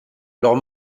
leurs